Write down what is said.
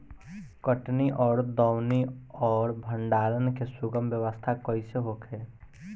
कटनी और दौनी और भंडारण के सुगम व्यवस्था कईसे होखे?